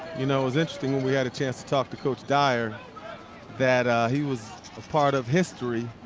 you know, it was interesting when we had a chance to talk to coach dyer that he was a part of history.